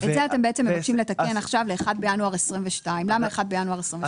את זה אתם מבקשים לתקן עכשיו ל-1 בינואר 2022. למה 1 בינואר 2022?